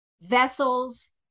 vessels